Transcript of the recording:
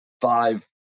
five